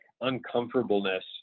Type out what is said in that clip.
uncomfortableness